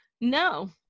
No